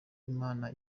imana